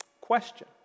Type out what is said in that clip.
Question